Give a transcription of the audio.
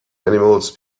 animals